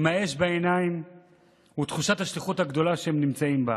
עם האש בעיניים ותחושת השליחות הגדולה שהם נמצאים בה.